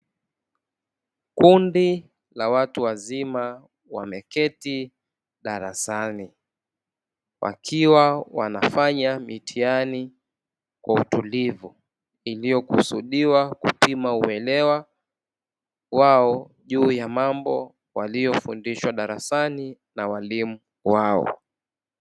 Kundi la watu wazima wameketi darasani wakiwa wanafanya mitihani kwa utulivu iliyokusudiwa kupima uelewa wao juu ya mambo waliyofundishwa wakiwa darasani na walimu wao.